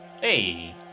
Hey